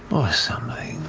or something.